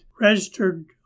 registered